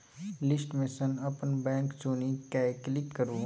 list मे सँ अपन बैंक चुनि कए क्लिक करु